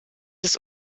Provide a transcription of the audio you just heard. des